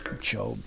Job